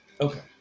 Okay